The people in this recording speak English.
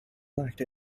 lacked